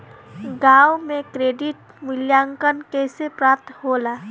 गांवों में क्रेडिट मूल्यांकन कैसे प्राप्त होला?